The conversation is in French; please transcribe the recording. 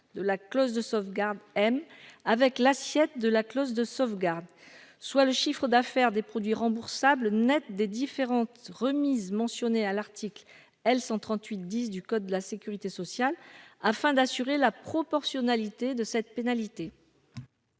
de la clause de sauvegarde M. avec l'assiette de la clause de sauvegarde, soit le chiffre d'affaires des produits remboursables nets des différentes remises mentionnés à l'article L 138 10 du code de la sécurité sociale, afin d'assurer la proportionnalité de cette pénalité.